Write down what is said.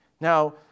Now